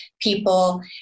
people